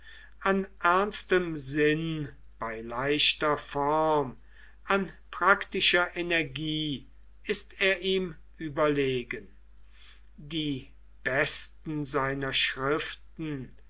an ernstem sinn bei leichter form an praktischer energie ist er ihm überlegen die besten seiner schriften